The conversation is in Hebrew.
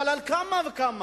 אבל על אחת כמה וכמה,